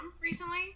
recently